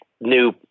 new